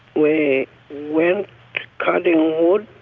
we went cutting wood,